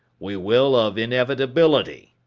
we will of inevitability.